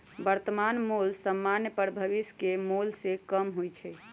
वर्तमान मोल समान्य पर भविष्य के मोल से कम होइ छइ